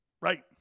Right